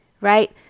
right